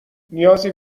نیازی